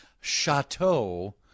chateau